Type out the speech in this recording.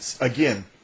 again